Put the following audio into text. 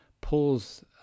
pulls